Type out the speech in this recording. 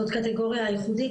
זאת קטגוריה ייחודית,